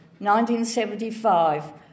1975